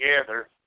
together